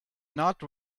not